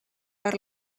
per